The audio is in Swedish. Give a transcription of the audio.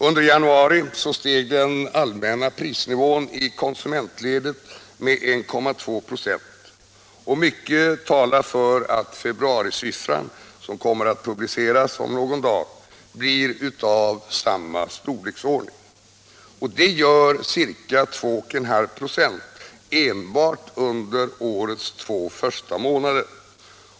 Under januari steg den allmänna prisnivån i konsumentledet med 1,2 26, och mycket talar för att februarisiffran, som kommer att publiceras om någon dag, blir av samma storleksordning. Det gör ca 2,5 96 enbart under årets två första månader!